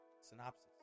Synopsis